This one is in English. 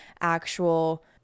actual